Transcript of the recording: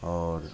आओर